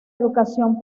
educación